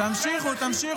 -- חבר הכנסת יוראי.